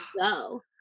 go